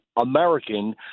American